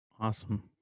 Awesome